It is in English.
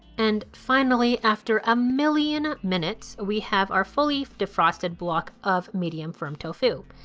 and finally after a million minutes, we have our fully defrosted block of medium firm tofu.